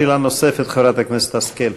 שאלה נוספת, חברת הכנסת השכל.